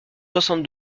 soixante